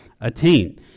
attain